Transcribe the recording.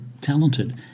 talented